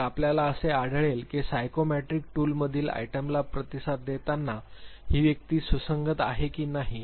तर आपल्याला असे आढळले आहे की सायकोमेट्रिक टूलमधील आयटमला प्रतिसाद देताना ही व्यक्ती सुसंगत आहे की नाही